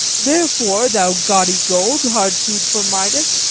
therefore, thou gaudy gold, hard food for midas,